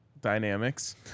dynamics